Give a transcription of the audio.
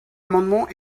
amendement